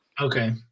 Okay